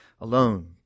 alone